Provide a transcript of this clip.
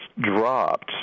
dropped